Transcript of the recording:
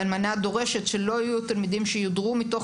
האמנה דורשת שלא יהיו תלמידים שיודרו מתוך